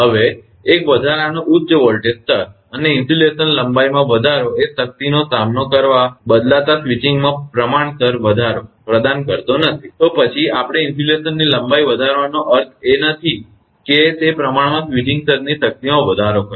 હવે એક વધારાનો ઉચ્ચ વોલ્ટેજ સ્તર અને ઇન્સ્યુલેશન લંબાઈમાં વધારો એ શક્તિનો સામનો કરવા બદલતા સ્વિચિંગમાં પ્રમાણસર વધારો પ્રદાન કરતો નથી તો પછી આપણે ઇન્સ્યુલેશનની લંબાઈ વધારવાનો અર્થ એ નથી કે તે પ્રમાણમાં સ્વિચિંગ સર્જની શક્તિમાં વધારો કરે છે